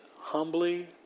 humbly